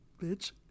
bitch